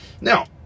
Now